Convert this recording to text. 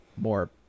more